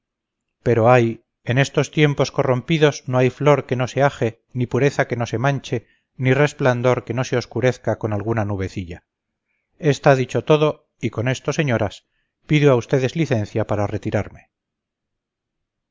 pero ay en estos tiempos corrompidos no hay flor que no se aje ni pureza que no se manche ni resplandor que no se oscurezca con alguna nubecilla está dicho todo y con esto señoras pido a ustedes licencia para retirarme